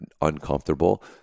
uncomfortable